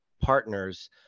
partners